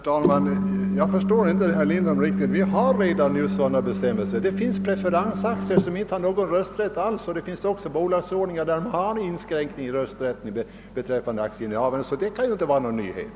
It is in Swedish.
Herr talman! Jag förstår inte herr Lindholm riktigt. Vi har ju redan nu sådana bestämmelser. Det finns preferensaktier som inte medför någon rösträtt, och det finns också bolagsordningar där det föreskrivs en inskränkning av rösträtten då det gäller vissa aktier, så detta kan ju inte vara någon nyhet.